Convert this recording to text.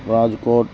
Rajkot